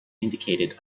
indicated